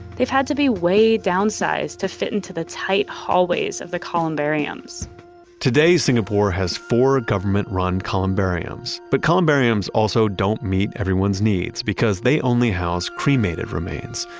they've had to be way downsized to fit into the tight hallways of the columbariums today, singapore has four government run columbariums, but columbariums also don't meet everyone's needs, because they only house cremated remains.